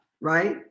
right